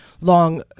long